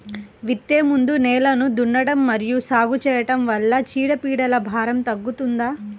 విత్తే ముందు నేలను దున్నడం మరియు సాగు చేయడం వల్ల చీడపీడల భారం తగ్గుతుందా?